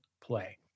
play